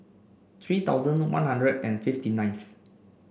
three thousand One Hundred and fifty ninth